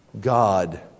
God